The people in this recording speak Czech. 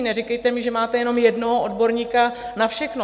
Neříkejte mi, že máte jenom jednoho odborníka na všechno.